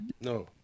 No